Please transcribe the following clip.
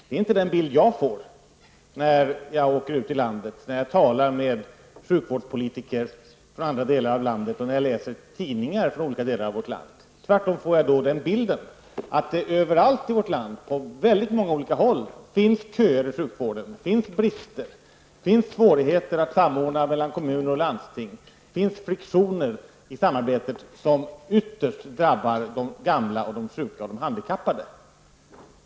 Det är inte den bild jag får när jag åker runt i landet, talar med sjukvårdspolitiker från olika delar av landet och läser tidningar från olika delar av vårt land. Tvärtom får jag en bild av att det överallt i vårt land, på väldigt många håll, finns köer i sjukvården, finns brister och svårigheter att samordna mellan kommuner och landsting, finns friktioner i samarbetet, som ytterst drabbar de gamla, sjuka och handikappade.